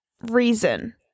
reason